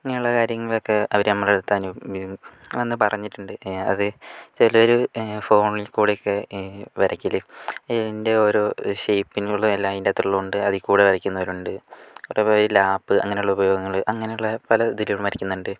അങ്ങനെ ഉള്ള കാര്യങ്ങൾ ഒക്കെ അവർ നമ്മുടെ അടുത്ത് വന്നു പറഞ്ഞിട്ടുണ്ട് അത് ചിലർ ഫോണിൽക്കൂടി ഒക്കെ വരയ്ക്കൽ ൻ്റെ ഓരോ ഷെയ്പ്പിങ്ങും എല്ലാം അതിൻ്റെ അകത്ത് ഉള്ളതുകൊണ്ട് അതിൽ കൂടി വരയ്ക്കുന്നവരുണ്ട് ലാപ്പ് അങ്ങനെ ഉള്ള ഉപകരണങ്ങൾ അങ്ങനെയുള്ള പല ഇതിലും വരയ്ക്കുന്നുണ്ട്